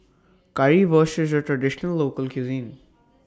Currywurst IS A Traditional Local Cuisine